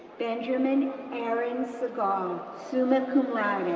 benjamin aaron segall, summa cum laude,